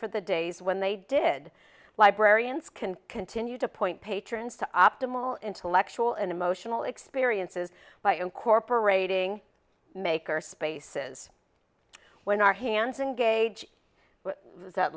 for the days when they did librarians can continue to point patrons to optimal intellectual and emotional experiences by incorporating maker spaces when our hands and gauge that